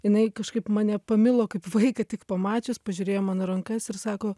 jinai kažkaip mane pamilo kaip vaiką tik pamačius pažiūrėjo į man rankas ir sako